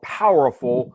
powerful